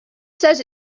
says